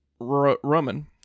Roman